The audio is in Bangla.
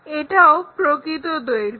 এটাও প্রকৃত দৈর্ঘ্য